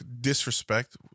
disrespect